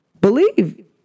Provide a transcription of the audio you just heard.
believe